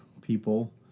people